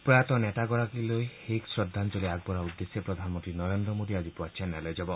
প্ৰয়াত নেতাগৰাকীলৈ শেষ শ্ৰদ্ধাঞ্জলি আগবঢ়োৱাৰ উদ্দেশ্যে প্ৰধানমন্ত্ৰী নৰেন্দ্ৰ মোডী আজি পুৱা চেন্নাইলৈ যাব